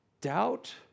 doubt